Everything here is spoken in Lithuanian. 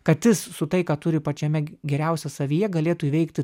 kad jis su tai ką turi pačiame geriausia savyje galėtų įveikti